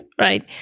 Right